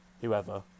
whoever